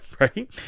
right